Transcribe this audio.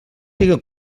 siga